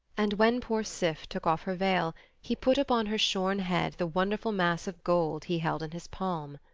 and when poor sif took off her veil he put upon her shorn head the wonderful mass of gold he held in his palm.